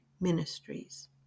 ministries